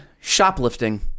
Shoplifting